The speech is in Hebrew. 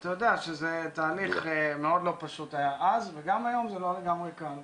ואתה יודע שזה היה תהליך מאוד לא פשוט אז וגם היום זה לא לגמרי קל.